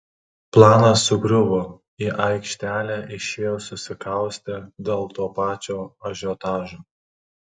planas sugriuvo į aikštelę išėjo susikaustę dėl to pačio ažiotažo